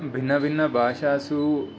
भिन्न भिन्न भाषासु